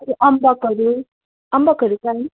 हजुर अम्बकहरू अम्बकहरू छन्